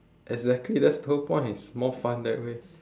exactly that's the whole point it's more fun that way